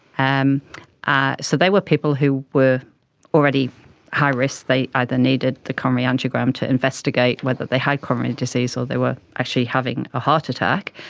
um ah so they were people who were already high risk, they either needed the coronary angiogram to investigate whether they had coronary disease or they were actually having a heart attack.